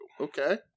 Okay